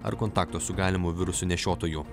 ar kontakto su galimu viruso nešiotoju